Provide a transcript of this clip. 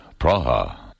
Praha